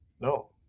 No